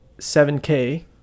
7K